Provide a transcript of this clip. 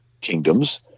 kingdoms